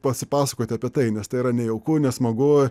pasipasakoti apie tai nes tai yra nejauku nesmagu